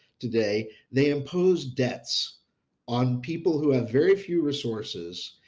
today, they impose deaths on people who have very few resources,